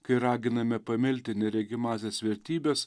kai raginame pamilti neregimąsias vertybes